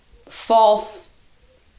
false